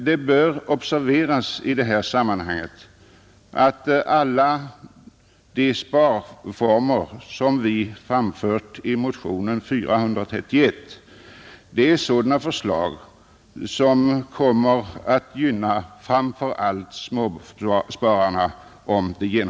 Det bör emellertid i detta sammanhang observeras att alla förslag till sparformer som vi framfört i motionen 431 är sådana förslag som, om de genomförs, kommer att gynna framför allt småspararna.